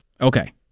Okay